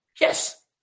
Yes